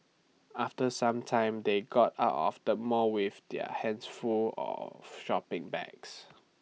after some time they got out of the mall with their hands full of shopping bags